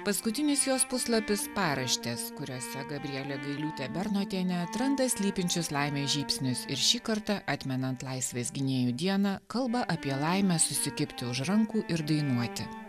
paskutinis jos puslapis paraštės kuriose gabrielė gailiūtė bernotienė atranda slypinčius laimės žybsnius ir šį kartą atmenant laisvės gynėjų dieną kalba apie laimę susikibti už rankų ir dainuoti